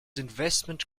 investment